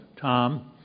Tom